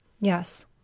Yes